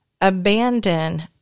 abandon